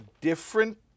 different